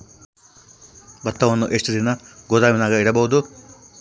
ಭತ್ತವನ್ನು ಎಷ್ಟು ದಿನ ಗೋದಾಮಿನಾಗ ಇಡಬಹುದು?